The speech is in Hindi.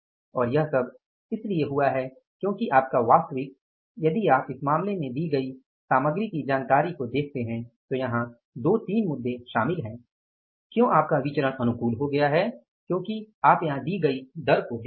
और यह सब इसलिए हुआ है क्योंकि आपका वास्तविक यदि आप इस मामले में दी गई सामग्री की जानकारी को देखते हैं तो यहां 2 3 मुद्दे शामिल हैं क्यों आपका विचरण अनुकूल हो गया है क्योंकि आप यहां दी गई दर को देखिये